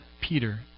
Peter